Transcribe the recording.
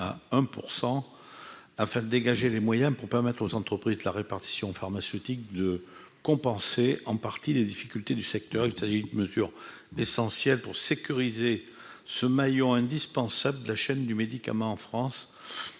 1 % afin de dégager les moyens pour permettre aux entreprises de la répartition pharmaceutique de compenser en partie les difficultés du secteur qui, une mesure d'essentiel pour sécuriser ce maillon indispensable de la chaîne du médicament en France,